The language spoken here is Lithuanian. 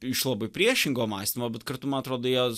iš labai priešingo mąstymo bet kartu man atrodo jie